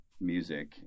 music